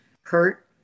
hurt